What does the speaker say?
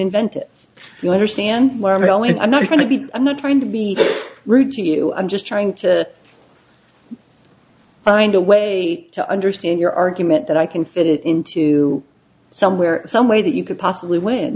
invented you understand why and i always i'm not going to be i'm not trying to be rude to you i'm just trying to find a way to understand your argument that i can fit it into somewhere some way that you could possibly w